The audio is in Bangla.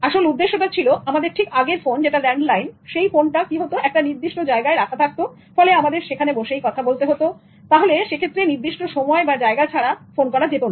একটা নির্দিষ্ট জায়গায় আগের ফোনটি রাখা থাকতফলে আমাদের সেখানে বসেই কথা বলতে হোততাই নির্দিষ্ট সময় বা জায়গা ছাড়া ফোন করা যেত না